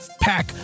pack